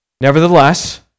Nevertheless